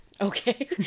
Okay